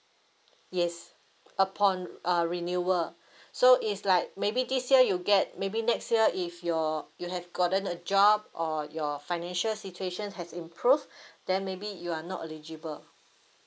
yes upon uh renewable so it's like maybe this year you get maybe next year if you're you have gotten a job or your financial situation has improved then maybe you are not eligible